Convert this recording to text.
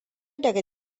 daga